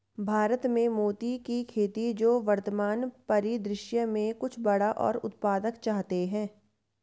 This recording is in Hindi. भारत में मोती की खेती जो वर्तमान परिदृश्य में कुछ बड़ा और उत्पादक चाहते हैं